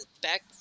back